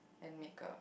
and make up